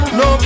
no